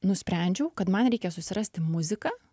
nusprendžiau kad man reikia susirasti muziką